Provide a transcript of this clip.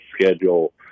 schedule